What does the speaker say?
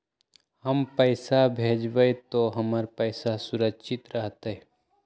हम पैसा भेजबई तो हमर पैसा सुरक्षित रहतई?